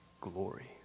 glory